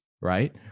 right